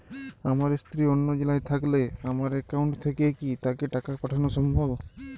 আমার স্ত্রী অন্য জেলায় থাকলে আমার অ্যাকাউন্ট থেকে কি তাকে টাকা পাঠানো সম্ভব?